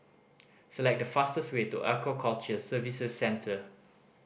select the fastest way to Aquaculture Services Centre